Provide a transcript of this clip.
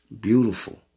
beautiful